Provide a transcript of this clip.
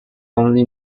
only